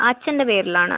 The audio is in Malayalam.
അച്ഛൻ്റെ പേരിലാണ്